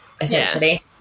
essentially